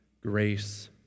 grace